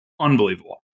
unbelievable